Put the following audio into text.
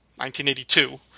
1982